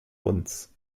uns